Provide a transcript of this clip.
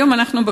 היום אנחנו,